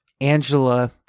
angela